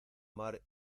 mar